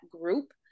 group